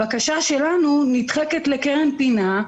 הבקשה שלנו נדחקת לקרן פינה,